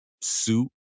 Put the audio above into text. suit